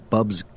Bub's